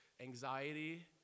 anxiety